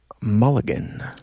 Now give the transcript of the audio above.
Mulligan